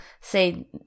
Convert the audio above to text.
say